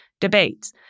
debates